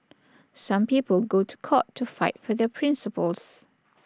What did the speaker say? some people go to court to fight for their principles